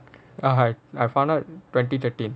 I I found out twenty thirteen